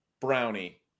brownie